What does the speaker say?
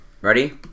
Ready